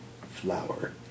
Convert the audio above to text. flower